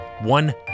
One